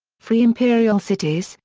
free imperial cities,